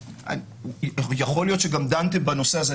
יכול להיות שגם דנתם בנושא הזה,